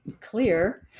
clear